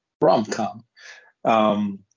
rom-com